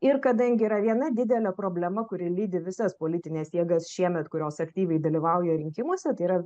ir kadangi yra viena didelė problema kuri lydi visas politines jėgas šiemet kurios aktyviai dalyvauja rinkimuose tai yra